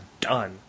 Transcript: done